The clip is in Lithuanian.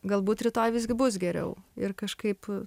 galbūt rytoj visgi bus geriau ir kažkaip